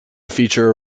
feature